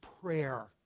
prayer